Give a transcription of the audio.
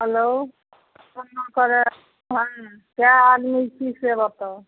hello कै आदमी छी से बताउ